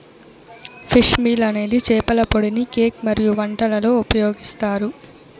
fish meal అనేది చేపల పొడిని కేక్ మరియు వంటలలో ఉపయోగిస్తారు